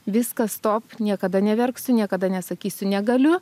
viskas stop niekada neverksiu niekada nesakysiu negaliu